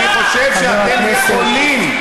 ואני חושב שאתם יכולים,